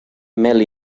mel